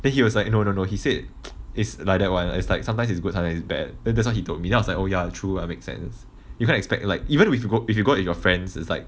then he was like you no no no he said it's like that [one] is like sometimes it's good sometimes it's bad then that's why he told me I was like oh ya true ah makes sense you can't expect like even if you go if you go with your friends it's like